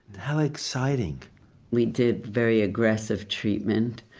how exciting we did very aggressive treatment,